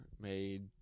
made